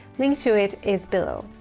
link to it is below.